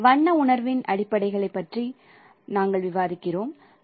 வண்ண உணர்வின் அடிப்படைகளைப் பற்றி நாங்கள் விவாதிக்கிறோம்